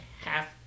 half